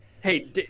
hey